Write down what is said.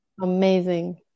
amazing